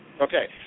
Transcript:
Okay